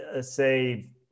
say